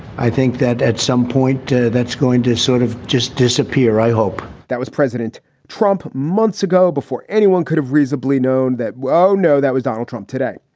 i think that at some point that's going to sort of just disappear, i hope that was president trump months ago before anyone could have reasonably known that. oh, no, that was donald trump today.